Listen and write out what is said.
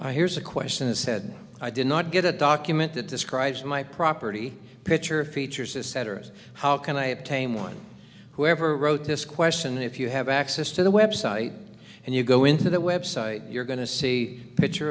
i here's a question said i did not get a document that describes my property picher features a satirist how can i obtain one whoever wrote this question if you have access to the website and you go into that website you're going to see a picture